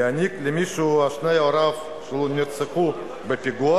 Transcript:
להעניק למישהו ששני הוריו נרצחו בפיגוע